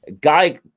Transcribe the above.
Guy